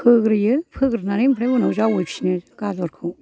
फोग्रोयो फोग्रोनानै ओमफ्राय उनाव जावै फिनो गाजरखौ